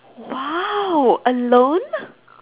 !wow! alone